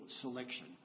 selection